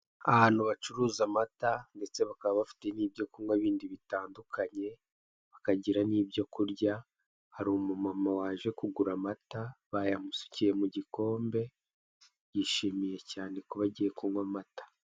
Ahantu bacuruza amata ndetse bakaba bafite n'ibyo kunywa bindi bitandukanye, hsri umumama waje kugura amata bayamusukiye mu gikombe, yishimiye cyane ko agiye kunywa amata.